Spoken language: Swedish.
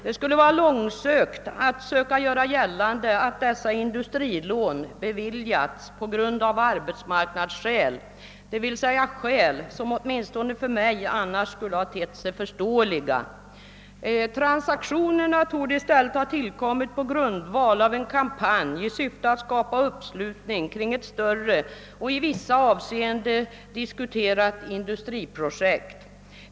Det skulle vara långsökt att göra gällande att dessa industrilån beviljats av arbetsmarknadsskäl, d.v.s. skäl som åtminstone för mig annars skulle ha tett sig förståeliga. Transaktionerna torde i stället ha tillkommit på grundval av en kampanj i syfte att skapa uppslutning kring ett större och i vissa avseenden diskuterat industriprojekt.